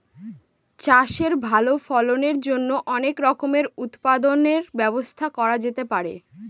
চাষের ভালো ফলনের জন্য অনেক রকমের উৎপাদনের ব্যবস্থা করা যেতে পারে